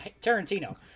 Tarantino